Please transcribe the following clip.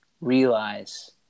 realize